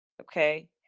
okay